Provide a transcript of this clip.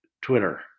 Twitter